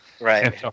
Right